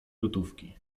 gotówki